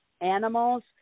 animals